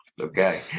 okay